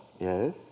Yes